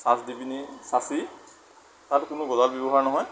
চাঁচ দি পেনি চাঁচি তাত কোনো গজাল ব্যৱহাৰ নহয়